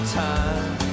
time